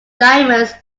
diamonds